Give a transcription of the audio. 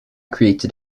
created